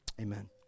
Amen